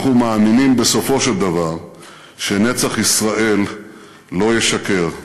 אנחנו מאמינים בסופו של דבר שנצח ישראל לא ישקר,